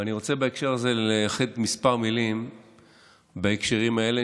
ואני רוצה לייחד מספר מילים בהקשרים האלה,